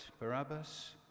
Barabbas